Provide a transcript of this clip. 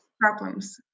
problems